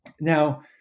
Now